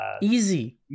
Easy